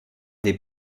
des